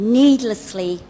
needlessly